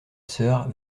sœur